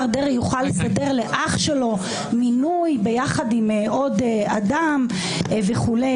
דרעי יוכל לסדר לאח שלו מינוי ביחד עם עוד אדם וכו'.